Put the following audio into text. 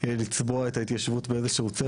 לצבוע את ההתיישבות באיזה שהוא צבע.